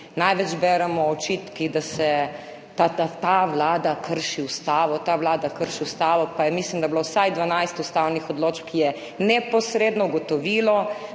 največ beremo očitke, da ta vlada krši ustavo, pa je bilo, mislim, da vsaj 12 ustavnih odločb, ki so neposredno ugotovile,